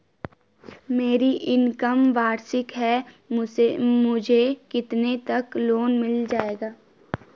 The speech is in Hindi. मेरी इनकम वार्षिक है मुझे कितने तक लोन मिल जाएगा?